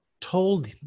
told